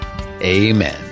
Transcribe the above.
Amen